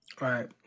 Right